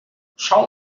schaut